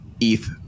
ETH